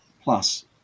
plus